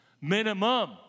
Minimum